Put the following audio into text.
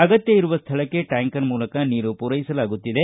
ಅಗತ್ತ ಇರುವ ಸ್ಥಳಕ್ಕೆ ಟ್ಕಾಂಕರ್ ಮೂಲಕ ನೀರು ಪೂರೈಸಲಾಗುತ್ತಿದೆ